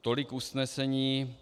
Tolik usnesení.